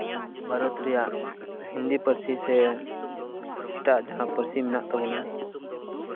ᱵᱷᱟᱨᱚᱛ ᱨᱮᱭᱟᱜ ᱦᱤᱱᱫᱤ ᱯᱟᱹᱨᱥᱤ ᱥᱮ ᱮᱴᱟᱜ ᱡᱟᱦᱟᱸ ᱯᱟᱹᱨᱥᱤ ᱢᱮᱱᱟᱜ ᱛᱟᱵᱚᱱᱟ